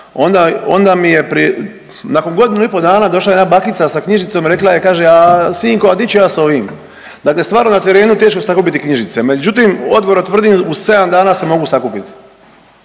onda mi je prije, nakon godinu i po' dana došla jedna bakica sa knjižicom i rekla je, kaže a sinko a di ću ja s ovim. Dakle stvar na terenu, teško sakupiti knjižici međutim, odgovorno tvrdim u 7 dana se mogu sakupit.